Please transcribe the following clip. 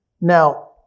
Now